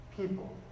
people